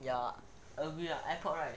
ya agree ah airpods right